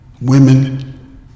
Women